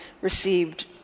received